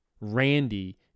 Randy